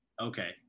okay